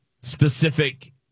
specific